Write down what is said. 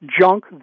junk